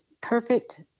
perfect